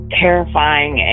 terrifying